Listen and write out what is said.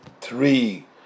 three